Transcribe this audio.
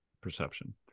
perception